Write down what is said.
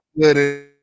good